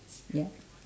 ya